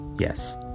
Yes